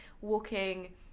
walking